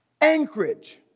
Anchorage